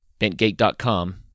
Bentgate.com